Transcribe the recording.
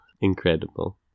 incredible